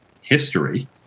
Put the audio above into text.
history